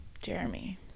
jeremy